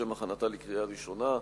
לשם הכנתה לקריאה ראשונה,